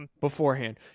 beforehand